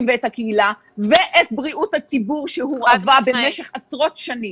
ואת הקהילה ואת בריאות הציבור שהורעבה במשך עשרות שנים.